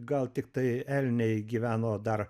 gal tiktai elniai gyveno dar